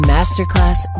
Masterclass